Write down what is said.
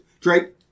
Drake